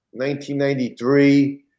1993